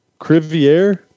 Crivier